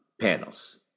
panels